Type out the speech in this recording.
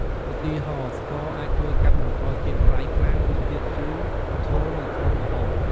ឧទាហរណ៍ ស្ករអាចជួយកាត់បន្ថយជាតិប្រៃខ្លាំង ឬជាតិជូរជ្រុលនៅក្នុងម្ហូប។